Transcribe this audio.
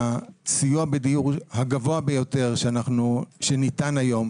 הסיוע בדיור הגבוה ביותר שניתן היום,